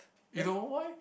you know why